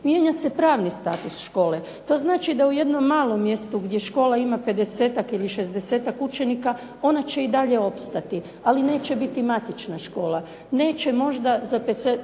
Mijenja se pravni status škole. To znači da u jednom malom mjestu gdje škola ima 50-ak ili 60-ak učenika ona će i dalje opstati, ali neće biti matična škola. Neće možda za 50-ak